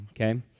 okay